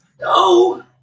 No